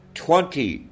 twenty